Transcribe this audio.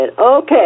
okay